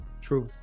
true